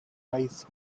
rise